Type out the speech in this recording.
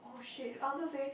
oh !shit! I wanted say